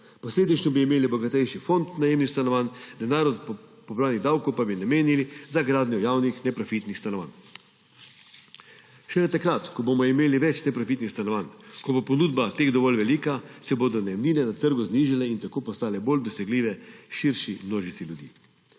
Posledično bi imeli bogatejši fond najemnih stanovanj, denar od pobranih davkov pa bi namenili za gradnjo javnih neprofitnih stanovanj. Šele ko bomo imeli več neprofitnih stanovanj, ko bo ponudba teh dovolj velika, se bodo najemnine na trgu znižale in tako postale bolj dosegljive širši množici ljudi.